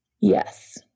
Yes